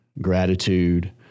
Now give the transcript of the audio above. gratitude